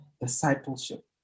discipleship